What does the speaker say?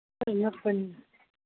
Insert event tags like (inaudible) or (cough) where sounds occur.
(unintelligible)